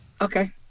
Okay